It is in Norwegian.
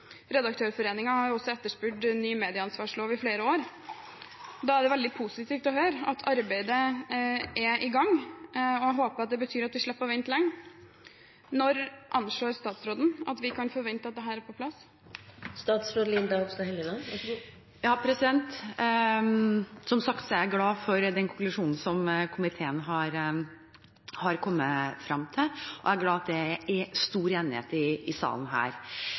etterspurt en medieansvarslov i flere år. Da er det veldig positivt å høre at arbeidet er i gang, og jeg håper det betyr at vi slipper å vente lenge. Når anslår statsråden at vi kan forvente at dette er på plass? Som sagt er jeg glad for den konklusjonen som komiteen har kommet frem til, og jeg er glad for at det er stor enighet i salen her.